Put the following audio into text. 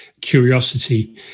curiosity